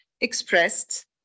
expressed